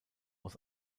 aus